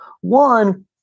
One